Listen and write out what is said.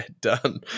done